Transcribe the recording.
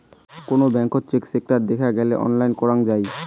কোন ব্যাঙ্কত check status দেখত গেলে অনলাইন করাঙ যাই